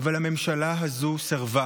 אבל הממשלה הזו סירבה.